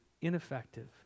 ineffective